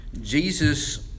Jesus